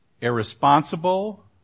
irresponsible